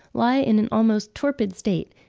lie in an almost torpid state,